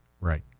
Right